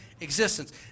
existence